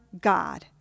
God